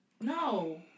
No